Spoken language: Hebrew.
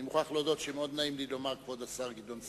אני מוכרח להודות שמאוד נעים לי לומר: כבוד השר גדעון סער.